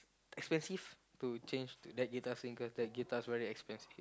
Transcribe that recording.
expensive to change to that guitar string cause that guitar's very expensive